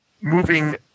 moving